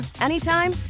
anytime